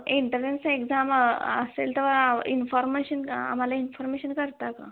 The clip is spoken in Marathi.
एन्टरन्स एक्झाम असेल तेव्हा इन्फॉर्मेशन आम्हाला इन्फर्मेशन करता का